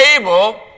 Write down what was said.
able